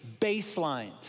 baseline